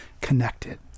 connected